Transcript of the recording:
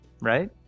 right